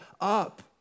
up